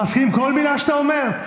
הוא מסכים עם כל מילה שאתה אומר?